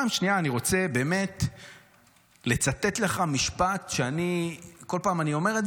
פעם שנייה אני רוצה לצטט לך משפט שאני כל פעם אומר,